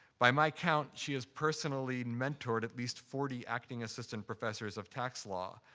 by my count, she has personally and mentored at least forty acting assistant professors of tax law.